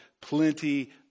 plenty